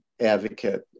advocate